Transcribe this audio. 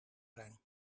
zijn